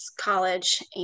college